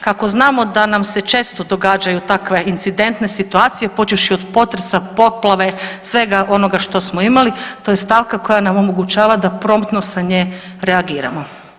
Kako znamo da nam se često događaju takve incidentne situacije počevši od potresa, poplave, svega onoga što smo imali to je stavka koja nam omogućava da promptno sa nje reagiramo.